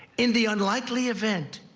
in the unlikely event